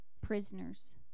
prisoners